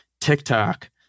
TikTok